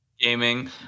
gaming